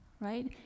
right